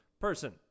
person